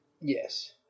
Yes